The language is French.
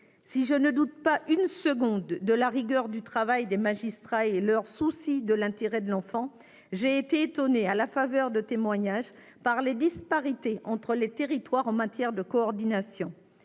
Si je ne doute pas une seconde de la rigueur du travail des magistrats et de leur souci de l'intérêt de l'enfant, j'ai été étonnée, à la faveur des témoignages, par l'existence de disparités territoriales en matière de coordination.